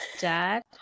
Dad